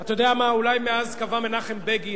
אתה יודע מה, אולי מאז קבע מנחם בגין,